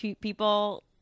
people